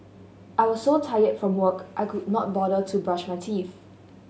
I was so tired from work I could not bother to brush my teeth